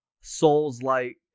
Souls-like